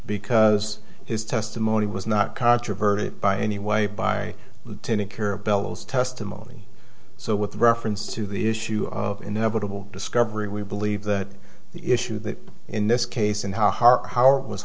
because his testimony was not controverted by any way by the tenant cura bellows testimony so with reference to the issue of inevitable discovery we believe that the issue that in this case and how it was